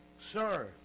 Sir